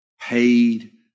paid